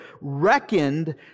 reckoned